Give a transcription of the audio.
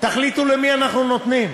תחליטו למי אנחנו נותנים.